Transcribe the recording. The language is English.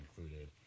included